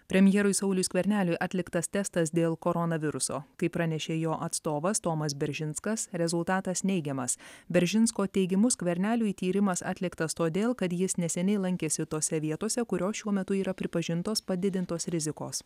premjerui sauliui skverneliui atliktas testas dėl koronaviruso kaip pranešė jo atstovas tomas beržinskas rezultatas neigiamas beržinsko teigimu skverneliui tyrimas atliktas todėl kad jis neseniai lankėsi tose vietose kurios šiuo metu yra pripažintos padidintos rizikos